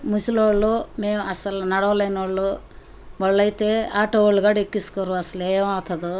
ముసలి వాళ్ళు మేము అసలు నడవలేని వాళ్ళు వాళ్ళైతే ఆటో వాళ్ళు కూడా ఎక్కించుకోరు అసలు ఏమవుతుందో